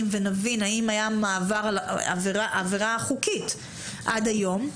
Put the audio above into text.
ונבין האם הייתה עבירה חוקית עד היום,